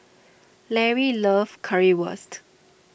Lary loves Currywurst